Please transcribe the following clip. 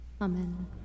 Amen